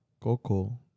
Coco